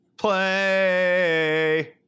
Play